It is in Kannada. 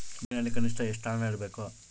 ಬ್ಯಾಂಕಿನಲ್ಲಿ ಕನಿಷ್ಟ ಎಷ್ಟು ಹಣ ಇಡಬೇಕು?